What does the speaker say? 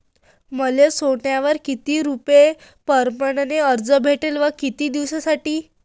मले सोन्यावर किती रुपया परमाने कर्ज भेटन व किती दिसासाठी?